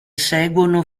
seguono